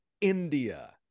India